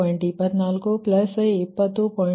2420